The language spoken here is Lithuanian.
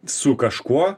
su kažkuo